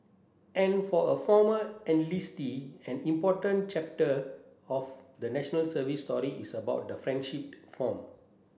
and for a former enlistee an important chapter of the National Service story is about the friendship formed